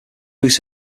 use